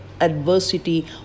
adversity